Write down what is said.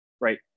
right